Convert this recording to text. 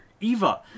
eva